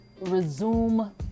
resume